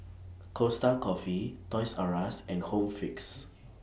Costa Coffee Toys R US and Home Fix